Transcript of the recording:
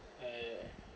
I